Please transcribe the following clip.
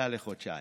נדחתה לחודשיים.